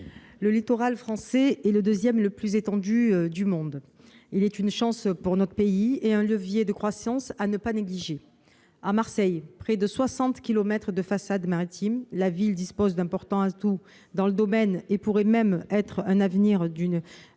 le littoral français est le deuxième le plus étendu au monde. Il est une chance pour notre pays et un levier de croissance à ne pas négliger. À Marseille, avec près de soixante kilomètres de façade maritime, la ville dispose d'importants atouts dans ce domaine et pourrait même à l'avenir être